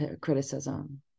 criticism